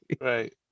right